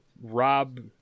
Rob